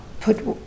put